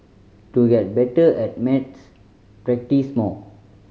to get better at maths practise more